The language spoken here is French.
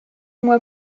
mois